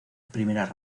primeras